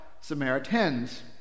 Samaritans